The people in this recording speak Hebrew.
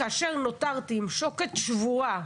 כאשר נותרתי מול שוקת שבורה,